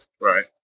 Right